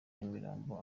nyamirambo